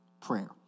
prayer